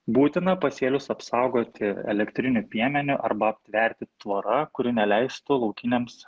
būtina pasėlius apsaugoti elektriniu piemeniu arba aptverti tvora kuri neleistų laukiniams